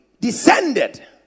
descended